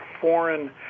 foreign